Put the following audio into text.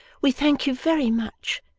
we thank you very much,